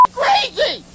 crazy